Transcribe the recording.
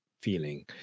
feeling